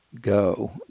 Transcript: go